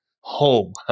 home